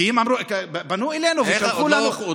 כי הם אמרו, פנו אלינו ושלחו לנו, איך?